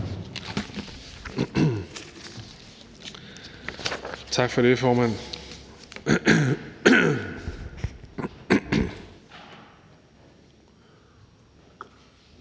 Tak for det, formand.